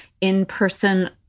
in-person